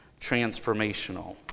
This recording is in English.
transformational